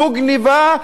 זו גנבה.